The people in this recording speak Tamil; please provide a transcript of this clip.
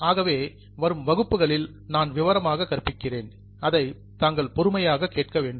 ஆகவே வரும் வகுப்புகளில் நான் விவரமாக கற்பிக்கிறேன் அதை தாங்கள் பொறுமையாக கேட்க வேண்டும்